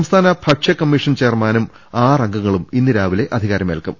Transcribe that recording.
സംസ്ഥാന ഭക്ഷ്യകമ്മീഷൻ ചെയർമാനും ആറ് അംഗങ്ങളും ഇന്ന് രാവിലെ അധികാരമേൽക്കും